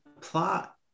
plot